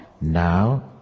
now